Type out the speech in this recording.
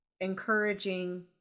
encouraging